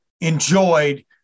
enjoyed